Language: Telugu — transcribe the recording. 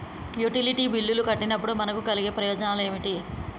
యుటిలిటీ బిల్లులు కట్టినప్పుడు మనకు కలిగే ప్రయోజనాలు ఏమిటి?